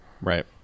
Right